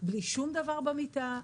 בלי שום דבר במיטה,